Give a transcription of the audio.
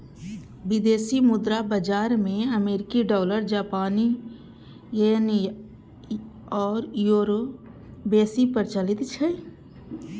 विदेशी मुद्रा बाजार मे अमेरिकी डॉलर, जापानी येन आ यूरो बेसी प्रचलित छै